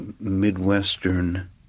Midwestern